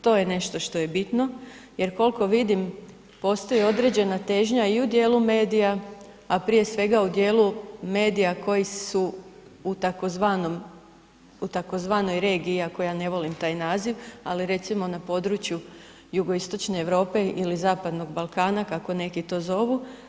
To je nešto što je bitno jer koliko vidim postoji određena težnja i u dijelu medija, a prije svega u dijelu medija koji su u tzv. regiji iako ja ne volim taj naziv, ali recimo na području Jugoistočne Europe ili Zapadnog Balkana kako neki to zovu.